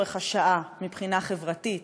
אז תחבורה ציבורית היא לא רק צורך השעה מבחינה חברתית,